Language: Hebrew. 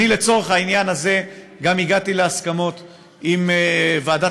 לצורך העניין הזה גם הגעתי להסכמות עם ועדת